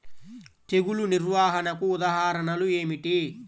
తెగులు నిర్వహణకు ఉదాహరణలు ఏమిటి?